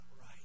right